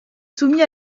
soumis